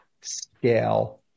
scale